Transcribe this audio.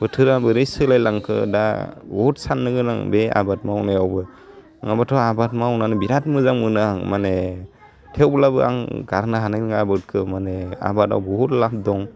बोथोरा बोरै सोलायलांखो दा बहुद साननो गोनां बे आबाद मावनायावबो नङाबाथ' आबाद मावनानै बिराद मोजां मोनो आं माने थेवब्लाबो आं गारनो हानाय नङा आबादखौ माने आबादाव बहुद लाब दं